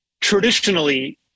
Traditionally